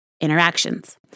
interactions